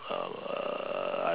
um